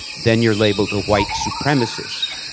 then you're labeled a white supremacist,